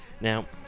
Now